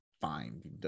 fine